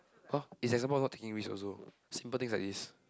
!huh! it's example of not taking risk also simple things like this